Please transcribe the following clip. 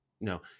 no